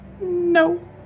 No